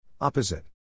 Opposite